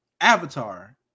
Avatar